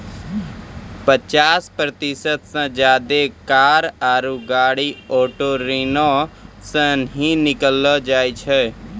पचासी प्रतिशत से ज्यादे कार आरु गाड़ी ऑटो ऋणो से ही किनलो जाय छै